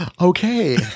Okay